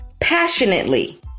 passionately